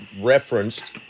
referenced